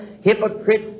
hypocrites